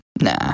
Nah